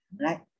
right